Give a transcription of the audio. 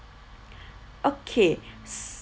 okay